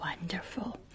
Wonderful